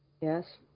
Yes